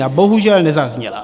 A bohužel nezazněla.